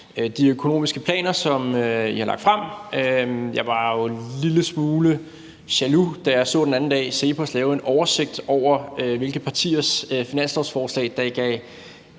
de økonomiske planer, som de har lagt frem. Jeg var jo en lille smule jaloux, da jeg den anden dag så, at CEPOS havde lavet en oversigt over, hvilke partiers finanslovsforslag der gav